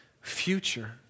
future